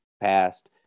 past